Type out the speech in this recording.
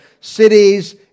cities